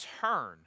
turn